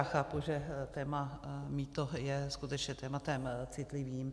Chápu, že téma mýto je skutečně tématem citlivým.